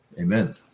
Amen